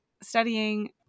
studying